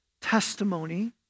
testimony